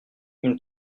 une